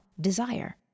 desire